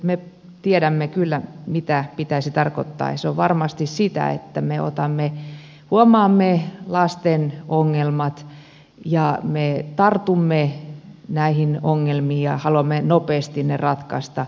me tiedämme kyllä mitä pitäisi tarkoittaa ja se on varmasti sitä että me huomaamme lasten ongelmat ja me tartumme näihin ongelmiin ja haluamme nopeasti ne ratkaista